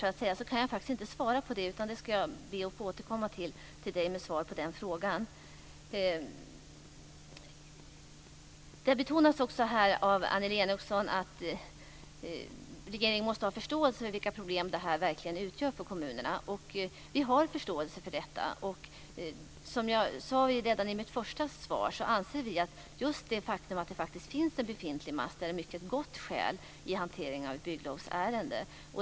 Jag ber att få återkomma till Annelie Enochson med svar på den frågan. Det har betonats här av Annelie Enochson att regeringen måste ha förståelse för vilka problem detta utgör för kommunerna. Vi har förståelse för det. Som jag sade redan i mitt första svar anser vi att just det faktum att det finns en befintlig mast är ett mycket gott skäl i hanteringen av ett bygglovsärende.